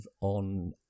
on